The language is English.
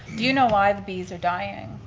do you know why the bees are dying?